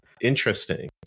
interesting